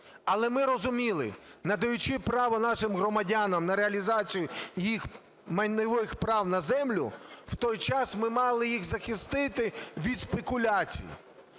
Але ми розуміли, надаючи право нашим громадянам на реалізацію їх майнових прав на землю, в той час ми мали їх захистити від спекуляцій.